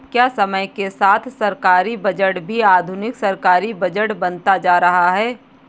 क्या समय के साथ सरकारी बजट भी आधुनिक सरकारी बजट बनता जा रहा है?